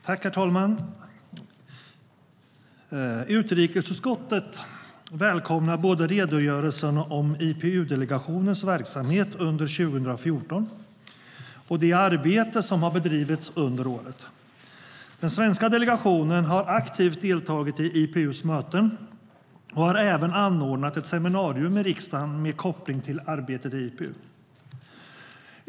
Herr talman! Utrikesutskottet välkomnar både redogörelsen om IPU-delegationens verksamhet under 2014 och det arbete som har bedrivits under året. Den svenska delegationen har aktivt deltagit i IPU:s möten och har även anordnat ett seminarium i riksdagen med koppling till arbetet i IPU.